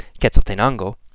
Quetzaltenango